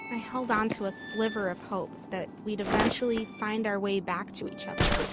i held onto a sliver of hope that we'd eventually find our way back to each other